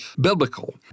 biblical